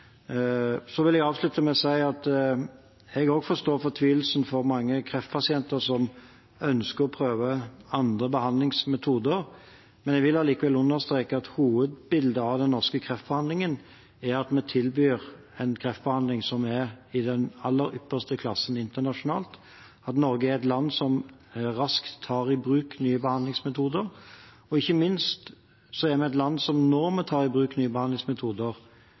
Så vil jeg avslutte med å si at jeg også forstår fortvilelsen for mange kreftpasienter som ønsker å prøve andre behandlingsmetoder. Jeg vil allikevel understreke at hovedbildet av den norske kreftbehandlingen er at vi tilbyr en kreftbehandling som er i den aller ypperste klassen internasjonalt, at Norge er et land som raskt tar i bruk nye behandlingsmetoder, og ikke minst at vi er et land som når vi tar i bruk nye behandlingsmetoder,